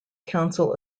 council